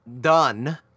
done